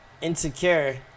insecure